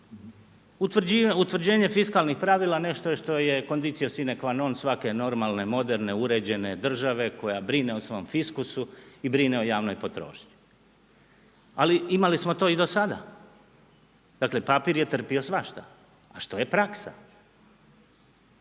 Utvrđivanje fiskalnih pravila, nešto je što je …/Govornik se ne razumije./… svake normalne, moderne uređene države, koja brine o svom fiskusu i brine o javnoj potrošnji. Ali, imali smo to i do sada, dakle, papir je trpio svašta, a što je praksa?